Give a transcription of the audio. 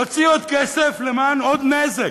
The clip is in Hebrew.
להוציא עוד כסף למען עוד נזק.